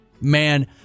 Man